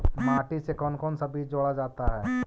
माटी से कौन कौन सा बीज जोड़ा जाता है?